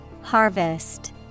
Harvest